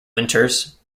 winters